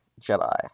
Jedi